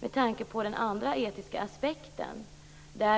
med tanke på den andra etiska aspekten.